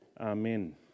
Amen